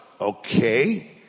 Okay